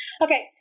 Okay